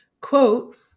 quote